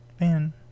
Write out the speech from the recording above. Man